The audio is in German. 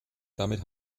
damit